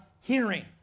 hearing